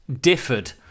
differed